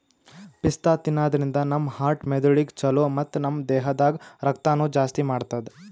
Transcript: ಪಿಸ್ತಾ ತಿನ್ನಾದ್ರಿನ್ದ ನಮ್ ಹಾರ್ಟ್ ಮೆದಳಿಗ್ ಛಲೋ ಮತ್ತ್ ನಮ್ ದೇಹದಾಗ್ ರಕ್ತನೂ ಜಾಸ್ತಿ ಮಾಡ್ತದ್